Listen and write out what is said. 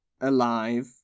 alive